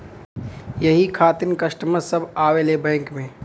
यही खातिन कस्टमर सब आवा ले बैंक मे?